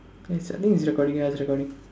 okay I think it's recording ya it's recording